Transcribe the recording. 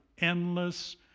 endless